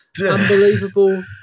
unbelievable